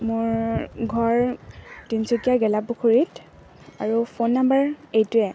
মোৰ ঘৰ তিনিচুকীয়া গেলাপুখুৰীত আৰু ফোন নাম্বাৰ এইটোৱে